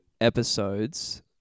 episodes